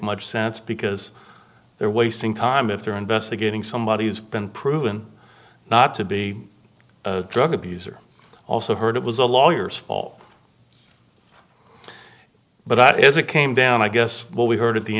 much sense because they're wasting time if they're investigating somebody who's been proven not to be a drug abuser also heard it was a lawyer's fault but as it came down i guess what we heard at the